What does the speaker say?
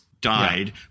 died